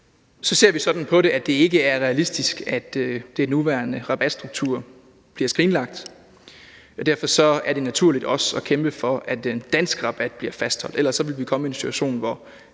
Så ser vi sådan på det, at det ikke er realistisk, at den nuværende rabatstruktur bliver skrinlagt. Derfor er det naturligt også at kæmpe for, at den danske rabat bliver fastholdt, for ellers vil vi komme i en situation, hvor